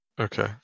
Okay